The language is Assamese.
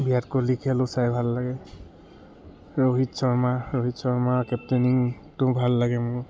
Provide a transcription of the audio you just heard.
বিৰাট কোহলিৰ খেলো চাই ভাল লাগে ৰোহিত শৰ্মা ৰোহিত শৰ্মাৰ কেপ্টেনিংটোও ভাল লাগে মোৰ